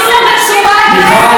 חוק ההסתננות, להכניס אנשים לכלא.